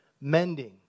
mending